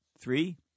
Three